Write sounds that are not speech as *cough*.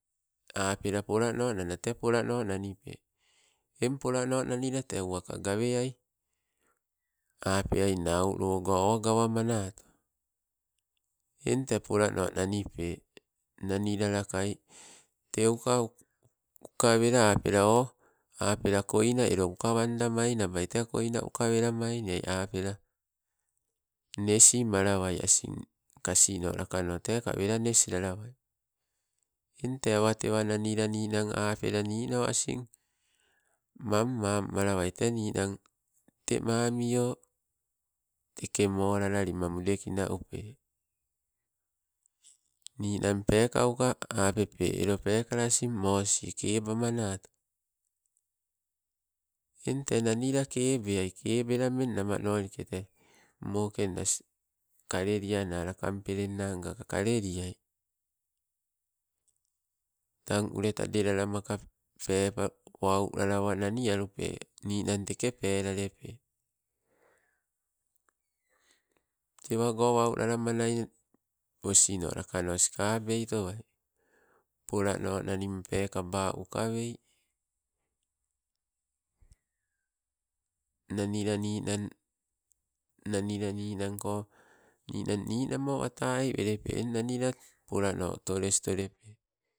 Apela polano nana te polano nanipe, eng polano nanila te uwaka ga weai. Apeainna au loogo o gawomanato, eng te polano nanipe nanila lakai, teuka uka wela apela o, apela koina elo ukawanda mainaba, tei koina ukawela mainia. Apela nesimalewai asing kasino lakano teko wela nes lalawai eng tee awatewa nanila ninang apela nino asing, mammanmalawai te ninang te mamio, teke molalalima mudekina upe. Ninang pekauka apepe, elo pekala asing mosi kebamanato. Eng te nanila kebeai kebele namanolike te mokenna *hesitation* kaleliana lakampelena nga kaleliai. Tang ulu tade lalama kap pepo wau lalawa nani alupe, ninang teke pelalepe. Tewago wau lalalamai, osino lakano sikabei towai, polanonanima pekaba ukawei, nanila ninang, nanila ninanko ninang ninamo wata ei welepe, eng nanila polano otoles tolepe.